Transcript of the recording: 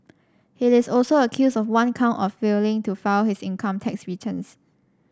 he is also accused of one count of failing to file his income tax returns